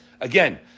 again